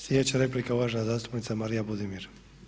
Sljedeća replika uvažena zastupnica Marija Budimir.